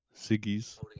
Siggy's